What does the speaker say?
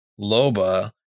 Loba